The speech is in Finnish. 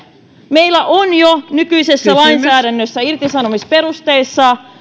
meillä on jo nykyisessä lainsäädännössä irtisanomisperusteissa